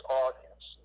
audience